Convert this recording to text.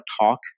talk